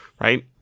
right